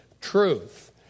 truth